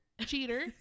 Cheater